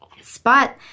spot